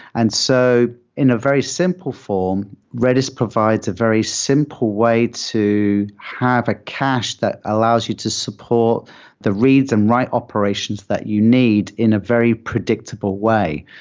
and so in a very simple form, redis provides a very simple way to have a cache that allows you to support the reads and write operations that you need in a very predictable way.